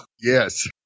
Yes